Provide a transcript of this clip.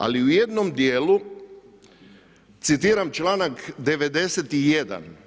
Ali u jednom dijelu citiram članak 91.